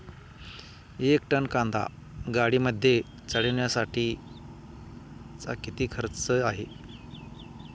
एक टन कांदा गाडीमध्ये चढवण्यासाठीचा किती खर्च आहे?